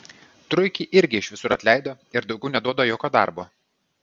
truikį irgi iš visur atleido ir daugiau neduoda jokio darbo